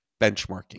benchmarking